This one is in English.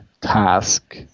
task